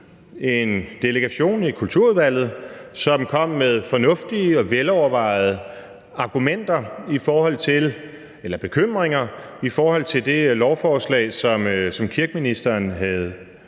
en delegation i Kulturudvalget, som kom med fornuftige og velovervejede bekymringer i forhold til det lovforslag, som kulturministeren havde